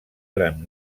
gran